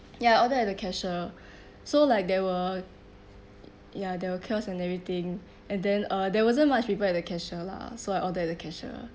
ya I order at the cashier so like there were ya there were kiosk and everything and then uh there wasn't much people at the cashier lah so I order at the cashier